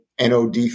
NOD